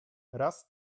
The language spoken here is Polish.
raz